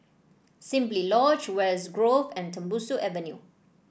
Simply Lodge West Grove and Tembusu Avenue